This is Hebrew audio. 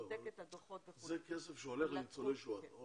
זה כסף שהולך לניצולי שואה.